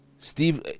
Steve